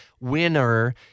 winner